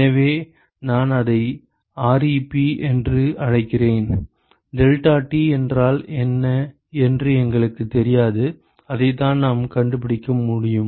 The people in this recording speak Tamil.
எனவே நான் அதை ReP என்று அழைக்கிறேன் டெல்டாடி என்றால் என்ன என்று எங்களுக்குத் தெரியாது அதைத்தான் நாம் கண்டுபிடிக்க முடியும்